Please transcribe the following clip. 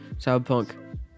Cyberpunk